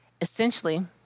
Essentially